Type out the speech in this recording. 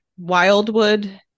Wildwood